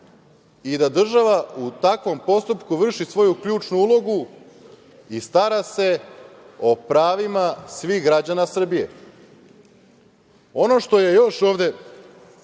i da država u takvom postupku vrši svoju ključnu ulogu i stara se o pravima svih građana Srbije. Ono što je još ovde,